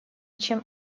чем